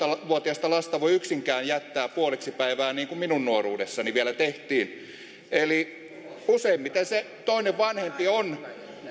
vuotiasta lasta voi yksinkään jättää puoleksi päivää niin kuin minun nuoruudessani vielä tehtiin useimmiten se toinen vanhempi on